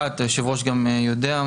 היושב ראש גם יודע,